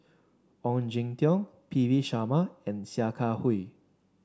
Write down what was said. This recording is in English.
Ong Jin Teong P V Sharma and Sia Kah Hui